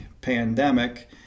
pandemic